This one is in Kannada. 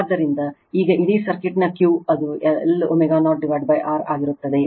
ಆದ್ದರಿಂದ ಈಗ ಇಡೀ ಸರ್ಕ್ಯೂಟ್ನ Q ಅದು Lω0 R ಆಗಿರುತ್ತದೆ